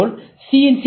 இதேபோல் சி